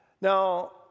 Now